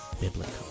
biblical